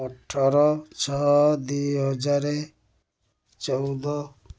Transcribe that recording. ଅଠର ଛଅ ଦୁଇ ହଜାର ଚଉଦ